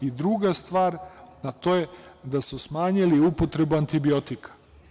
Druga stvar, a to je da su smanjili upotrebu antibiotika.